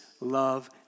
love